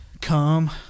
come